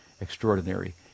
extraordinary